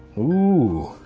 oooh,